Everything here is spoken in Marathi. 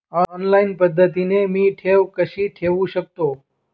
ऑनलाईन पद्धतीने मी ठेव कशी ठेवू शकतो?